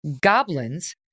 goblins